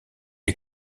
les